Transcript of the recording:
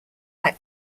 like